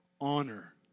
honor